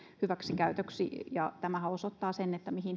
hyväksikäytöksi tämähän osoittaa sen